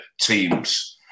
teams